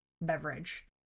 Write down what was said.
beverage